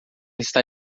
está